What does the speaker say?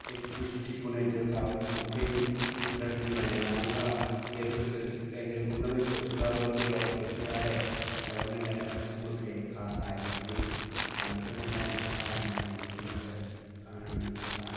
एतिरी सुठी कोने जेका मूंखे घटि थी वणे माना उहा केर कंहिंजे हुन में को सुधारो अचे ऐं कोई सुधाराए त हुन लाइ मूंखे ख़ासि आहे बाक़ी मां लिखंदो तमामु सुठा आहियां पंहिंजो गीत कहाणियूं क़िसा